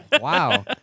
Wow